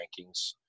rankings